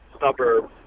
suburbs